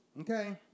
Okay